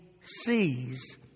sees